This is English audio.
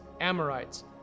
Amorites